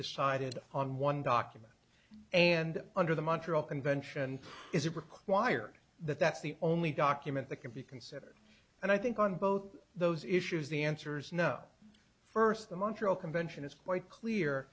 decided on one document and under the montreal convention is it required that that's the only document that can be considered and i think on both those issues the answer's no first the montreal convention is quite clear